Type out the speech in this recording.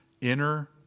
inner